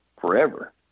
forever